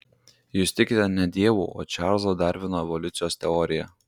jūs tikite ne dievu o čarlzo darvino evoliucijos teorija